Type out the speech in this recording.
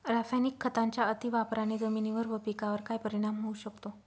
रासायनिक खतांच्या अतिवापराने जमिनीवर व पिकावर काय परिणाम होऊ शकतो?